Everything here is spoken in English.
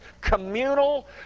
communal